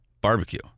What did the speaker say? barbecue